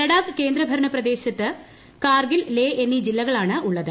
ലഡാക്ക് കേന്ദ്രഭരണപ്രദേശത്ത് കാർഗിൽ ലേ എന്നീ ജില്ലകളാണുള്ളത്